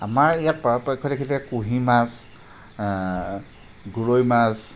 আমাৰ ইয়াত পাৰাপক্ষত এইখিনিতে কুঢ়ি মাছ গৰৈ মাছ